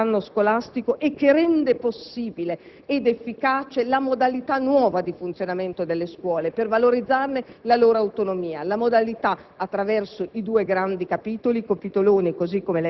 che tanto ha tormentato le scuole in questo anno scolastico e che rende possibile ed efficace la modalità nuova di funzionamento delle scuole per valorizzare la loro autonomia, modalità